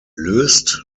löst